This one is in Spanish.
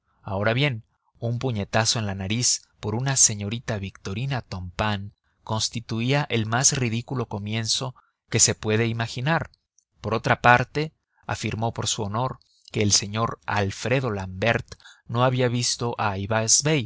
ahora bien un puñetazo en la nariz por una señorita victorina tompain constituía el más ridículo comienzo que se puede imaginar por otra parte afirmó por su honor que el señor alfredo l'ambert no había visto a